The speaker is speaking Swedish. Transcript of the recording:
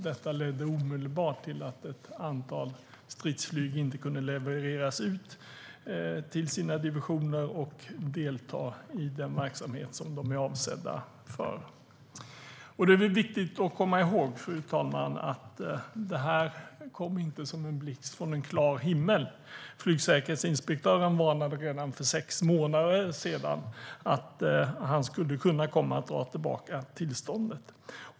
Detta ledde omedelbart till att ett antal stridsflyg inte kunde levereras ut till respektive divisioner och delta i den verksamhet som de är avsedda för. Fru talman! Det är viktigt att komma ihåg att det här inte kom som någon blixt från en klar himmel. Flygsäkerhetsinspektören varnade redan för sex månader sedan att han skulle kunna komma att dra tillbaka tillståndet.